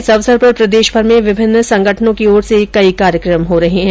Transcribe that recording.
इस अवसर पर प्रदेशभर में विभिन्न संगठनों की ओर से कई कार्यक्रम आयोजित किये जा रहे है